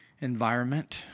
environment